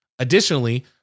Additionally